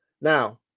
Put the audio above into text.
Now